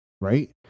right